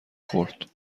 خورد